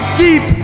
deep